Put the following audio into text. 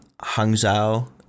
Hangzhou